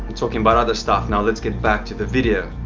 talking about other stuff now let's get back to the video.